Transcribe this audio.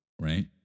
Right